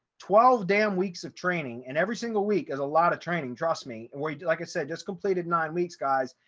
twelve damn weeks of training, and every single week is a lot of training. trust me, we do, like i said, just completed nine weeks guys.